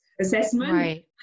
assessment